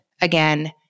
again